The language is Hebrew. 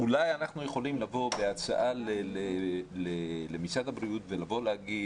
אולי אנחנו יכולים לבוא בהצעה למשרד הבריאות ולהגיד